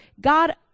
God